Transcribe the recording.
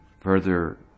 further